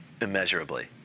immeasurably